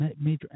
major